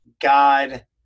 god